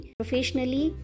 professionally